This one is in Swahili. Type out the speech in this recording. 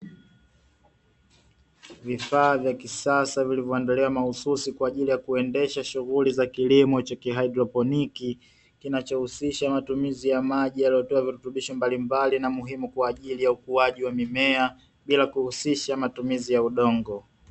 Vifaa vya kisasa, vilivyoandaliwa mahususi kwa ajili ya kuendesha shughuli za kilimo cha kihaidroponi, kinachohusisha matumizi ya maji yaliyotiwa virutubisho mbalimbali na muhimu kwa ajili ya ukuaji wa mimea, bila kuhusisha matumizi ya udongo.